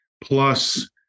plus